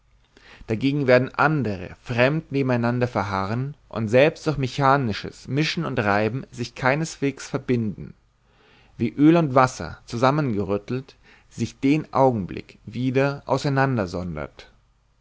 dagegen werden andre fremd nebeneinander verharren und selbst durch mechanisches mischen und reiben sich keinesweges verbinden wie öl und wasser zusammengerüttelt sich den augenblick wieder auseinander